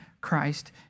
Christ